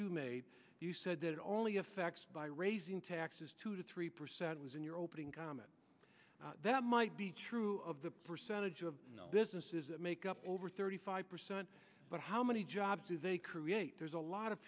you made you said it only affects by raising taxes two to three percent was in your opening comment that might be true of the percentage of businesses that make up over thirty five percent but how many jobs do they create there's a lot of